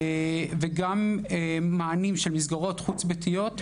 גם מענים של מסגרות חוץ ביתיות,